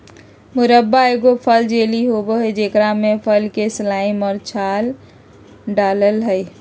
मुरब्बा एगो फल जेली होबय हइ जेकरा में फल के स्लाइस और छाल डालय हइ